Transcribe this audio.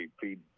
feed